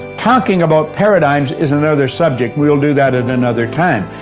talking about paradigms is another subject we'll do that at another time.